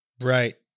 Right